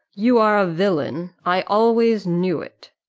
you are a villain. i always knew it.